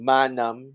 Manam